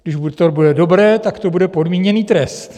Když to bude dobré, tak to bude podmíněný trest.